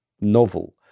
novel